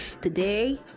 Today